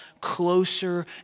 closer